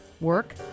work